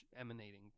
emanating